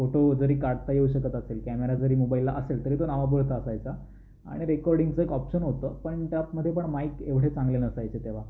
photo जरी काढता येऊ शकत असेल कॅमेरा जरी मोबाईलला असेल तरी तो नावापुरता असायचा आणि रेकॉर्डिंगचं एक ऑप्शन होतं पण त्यातमध्ये पण माईक एवढे चांगले नसायचे तेव्हा